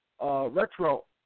retro